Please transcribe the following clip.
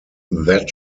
that